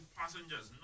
passengers